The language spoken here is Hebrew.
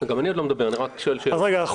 וגם שם אין הגבלה ואין אמירה לגבי תנאים